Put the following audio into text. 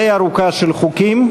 אין נמנעים.